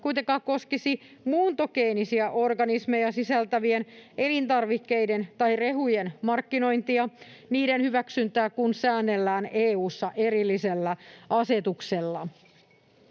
kuitenkaan koskisi muuntogeenisiä organismeja sisältävien elintarvikkeiden tai rehujen markkinointia. Niiden hyväksyntää kun säännellään EU:ssa erillisellä asetuksella.